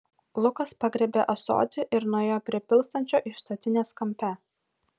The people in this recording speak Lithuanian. lukas pagriebė ąsotį ir nuėjo prie pilstančio iš statinės kampe